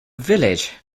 village